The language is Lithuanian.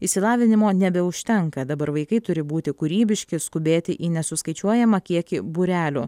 išsilavinimo nebeužtenka dabar vaikai turi būti kūrybiški skubėti į nesuskaičiuojamą kiekį būrelių